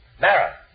Mara